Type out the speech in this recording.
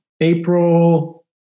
April